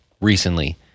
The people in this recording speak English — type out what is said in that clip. recently